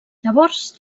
llavors